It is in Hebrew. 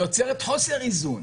היא יוצרת חוסר איזון.